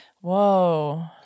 Whoa